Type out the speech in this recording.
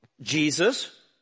Jesus